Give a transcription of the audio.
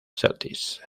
celtics